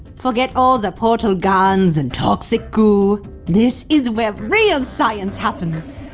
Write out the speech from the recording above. forget all the portal-guns and toxic goo this is where real science happens!